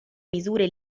misure